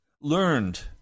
learned